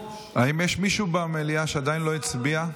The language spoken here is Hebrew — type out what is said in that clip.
יש מישהו במליאה שעדיין לא הצביע?